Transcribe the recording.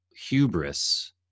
hubris